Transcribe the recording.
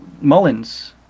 Mullins